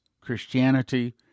Christianity